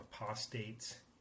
apostates